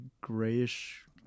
grayish